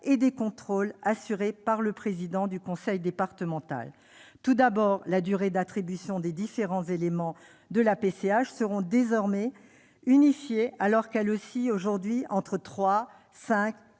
et aux contrôles assurés par le président du conseil départemental. Ainsi, les durées d'attribution des différents éléments de la PCH seront désormais unifiées, alors qu'elles oscillent aujourd'hui entre trois